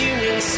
Union